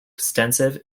extensive